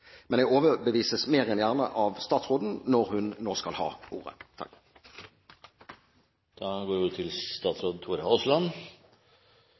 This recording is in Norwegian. Men jeg overbevises mer enn gjerne av statsråden når hun nå skal ha ordet.